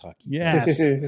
Yes